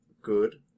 good